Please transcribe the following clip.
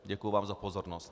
Děkuji vám za pozornost.